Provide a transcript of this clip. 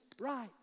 Right